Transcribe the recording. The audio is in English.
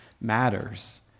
matters